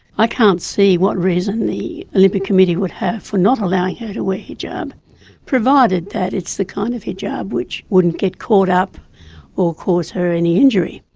i can't see what reason the olympic committee would have for not allowing her to wear hijab provided that it's the kind of hijab which wouldn't get caught up or cause her any injury.